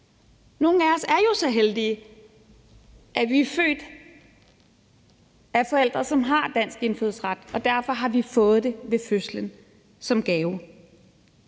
Nogle af os er jo så heldige, at vi er født af forældre, som har dansk indfødsret, og derfor har vi fået det ved fødslen som gave